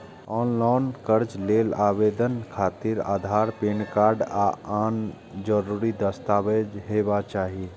ऑनलॉन कर्ज लेल आवेदन खातिर आधार, पैन कार्ड आ आन जरूरी दस्तावेज हेबाक चाही